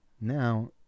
now